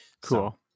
Cool